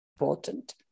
Important